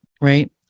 right